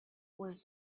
was